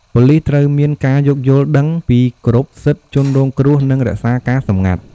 ប៉ូលិសត្រូវមានការយោគយល់ដឹង ពីគោរពសិទ្ធិជនរងគ្រោះ និងរក្សាការសម្ងាត់ ។